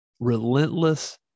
relentless